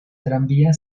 tranvía